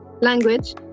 language